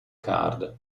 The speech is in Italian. card